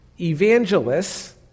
evangelists